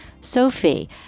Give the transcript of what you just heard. Sophie